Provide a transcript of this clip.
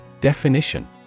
Definition